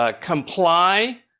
Comply